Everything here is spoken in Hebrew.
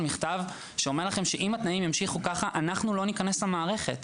מכתב שאומר לכם שאם התנאים האלה ימשיכו ככה הם לא ייכנסו למערכת.